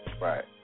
Right